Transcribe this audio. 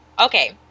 okay